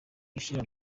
gushyira